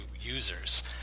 users